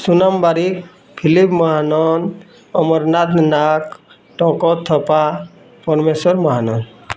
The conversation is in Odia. ସୁନାମ ବାରିକ୍ ଫିଲିପ ମହାନନ୍ ଅମରନାଥ ନାଗ ଟଙ୍କ ଥପା ସର୍ମେଶ୍ଵର ମହାନନ୍